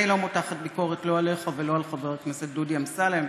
אני לא מותחת ביקורת לא עליך ולא על חבר הכנסת דודי אמסלם.